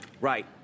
Right